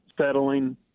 settling